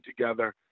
together